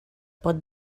pot